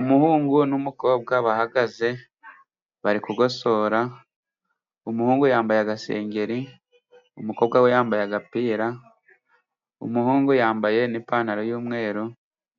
Umuhungu n'umukobwa bahagaze bari kugosora. Umuhungu yambaye agasengeri, umukobwa we yambaye agapira. Umuhungu yambaye n'ipantaro y'umweru